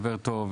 חבר טוב,